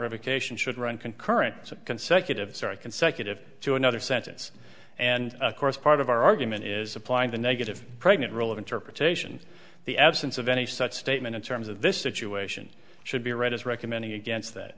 revocation should run concurrent consecutive start consecutive to another sentence and of course part of our argument is applying the negative pregnant rule of interpretation the absence of any such statement in terms of this situation should be read as recommending against that